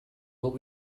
will